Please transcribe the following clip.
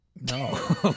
No